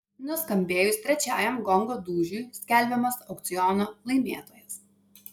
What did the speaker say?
nuskambėjus trečiajam gongo dūžiui skelbiamas aukciono laimėtojas